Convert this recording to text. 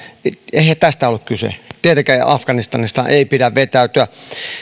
eihän tästä ollut kyse tietenkään afganistanista ei pidä vetäytyä